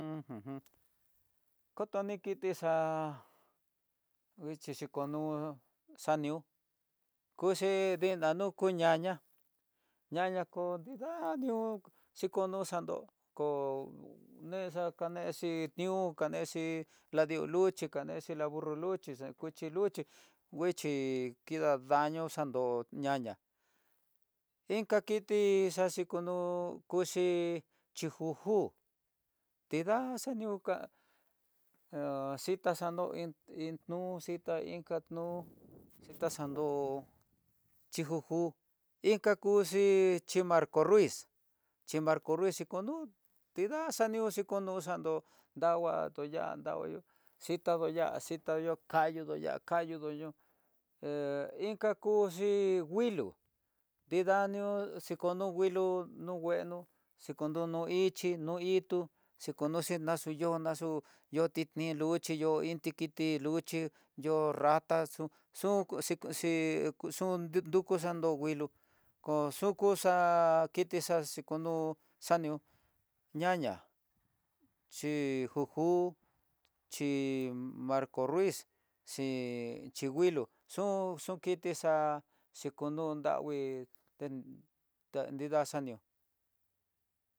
Uj kotoni kiti xa'a nguixhi xhi konú xanió, kuchí ni dadoko ñaña, ñaña koo nrida ñó xhikonio xandó ko kanexhi nió kanexhi la dió luxhi kanexhí la burro luxhi, la kuxhió luxhí nguixhi kida daño xandó ñaña, inka kiti xaxhi konú kuxhi chijuju tidáa xaniuka xita xandó iin nú xita inka núu xita xando chijuju, inka kuxhi chimarco ruiz, chimarco ruiz xhikondu tidáaaniuxi connru xando, dangua tuya'á dava yu'ú xitaduya xitadu kayu duya'á kadu doyu he inka kuxhii hí nguilo nridanió xiko no'o nguilo no ngueno, xikondono ichí no itú xikondoxi naxu yúu naxú, yo'ó ti nid luxhi yo'ó inti kiti luxhi, yo'ó rata xu xun xi xi'í xun dukuxandó nguilo ko xuyu xa'á kitixaxi konúu anió ñaña chíjuju chímarco ruiz xii chí nguilo xon xokitixa´'a xhikondangui ten ninda xanió.